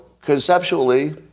conceptually